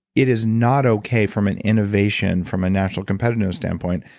it is not okay from an innovation, from a national competitive standpoint.